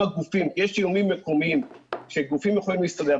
יש איומים מקומיים שגופים יכולים להסתדר,